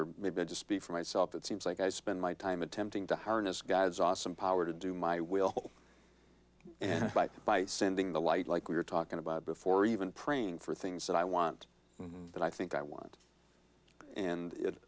or maybe i just speak for myself it seems like i spend my time attempting to harness god's awesome power to do my will and by sending the light like we're talking about before even praying for things that i want and that i think i want and it